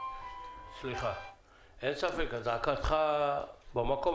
אין ספק, זעקתך במקום.